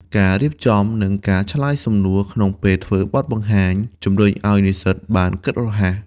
ការរៀបចំ និងការឆ្លើយសំណួរក្នុងពេលធ្វើបទបង្ហាញ ជំរុញឱ្យនិស្សិតគិតបានរហ័ស។